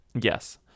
Yes